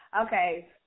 Okay